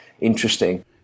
interesting